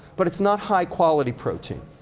but it's not high-quality protein.